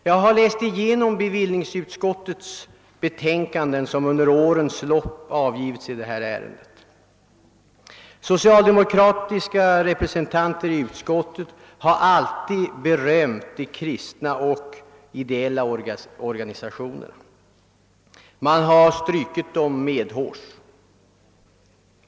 Jag har läst igenom bevillningsutskottets betänkanden som under årens lopp avgivits i denna fråga. Socialdemokratiska representanter i utskottet har alltid berömt de kristna och ideella orga nisationerna. Man har strukit dem medhårs.